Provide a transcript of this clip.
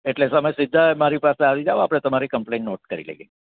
એટલે તમે સીધા મારી પાસે આવી જાવ આપણે તમારી કમ્પ્લેઇન નોટ કરી લઈએ